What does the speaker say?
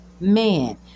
man